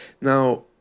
Now